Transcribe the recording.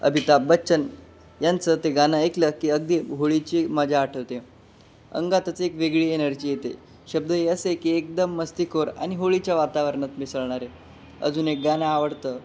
अमिताभ बच्चन यांचं ते गाणं ऐकलं की अगदी होळीची मजा आठवते अंगातच एक वेगळी एनर्जी येते शब्दही असे की एकदम मस्तीखोर आणि नि होळीच्या वातावरणात मिसळणारे अजून एक गाणं आवडतं